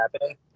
happening